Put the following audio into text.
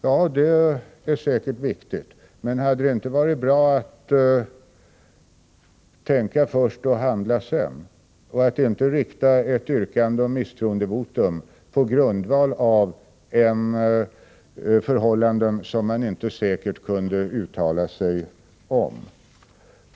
Ja, det är säkert viktigt, men hade det inte varit bra att tänka först och handla sedan och inte ställa yrkande om misstroendevotum på grundval av förhållanden som man inte säkert kunde uttala sig om?